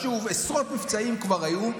עשרות מבצעים כבר היו,